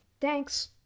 Thanks